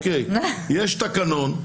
יש תקנון,